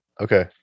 okay